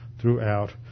throughout